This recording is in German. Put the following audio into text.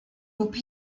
lupe